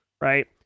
right